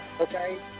Okay